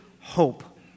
hope